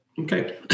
okay